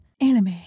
anime